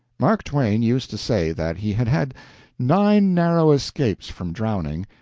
mark twain used to say that he had had nine narrow escapes from drowning,